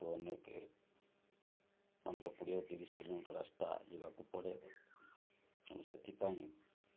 ଅନେକ ପନ୍ଦର କୋଡ଼ିଏ ତିରିଶ କିଲୋମିଟର ରାସ୍ତା ଯିବାକୁ ପଡ଼େ ସେଥିପାଇଁ